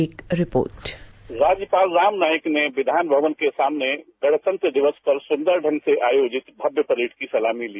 एक रिपोर्ट राज्यपाल रामनाईक ने विधान भवन के सामने गणतंत्र दिवस पर सुंदर ढंग से आयोजित भव्य परेड़ की सलामी ली